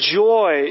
joy